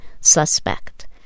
suspect